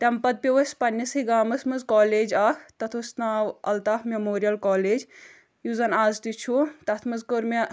تَمِہ پَتہٕ پیٚو اَسہِ پنٛنِسٕے گامَس منٛز کالیج اَکھ تَتھ اوس ناو الطاف میموریل کالیج یُس زَن اَز تہِ چھُ تَتھ منٛز کٔر مےٚ